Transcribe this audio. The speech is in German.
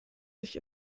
sich